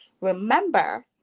remember